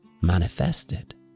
manifested